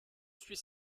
suis